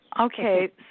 Okay